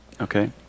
Okay